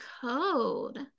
code